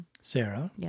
Sarah